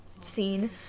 scene